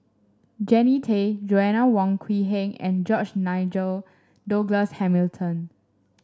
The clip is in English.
Jannie Tay Joanna Wong Quee Heng and George Nigel Douglas Hamilton